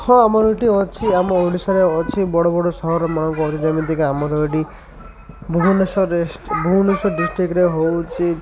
ହଁ ଆମର ଏଇଠି ଅଛି ଆମ ଓଡ଼ିଶାରେ ଅଛି ବଡ଼ ବଡ଼ ସହରମାନଙ୍କୁ ଅଛି ଯେମିତିକି ଆମର ଏଇଠି ଭୁବନେଶ୍ୱରରେ ଭୁବନେଶ୍ୱର ଡିଷ୍ଟ୍ରିକ୍ରେ ହେଉଛି